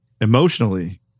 emotionally